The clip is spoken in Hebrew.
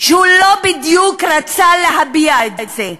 שהוא לא בדיוק רצה להביע את זה,